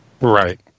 Right